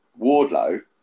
Wardlow